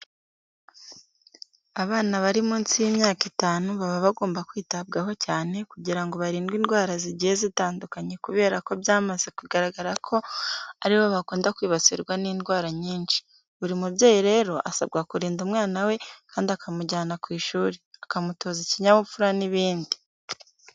Abana bari munsi y'imyaka itanu baba bagomba kwitabwaho cyane kugira ngo barindwe indwara zigiye zitandukanye kubera ko byamaze kugaragara ko ari bo bakunda kwibasirwa n'indwara nyinshi. Buri mubyeyi rero, asabwa kurinda umwana we kandi akanamujyana ku ishuri, akamutoza ikinyabupfura n'ibindi.